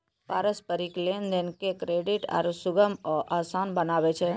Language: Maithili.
पारस्परिक लेन देन के क्रेडिट आरु सुगम आ असान बनाबै छै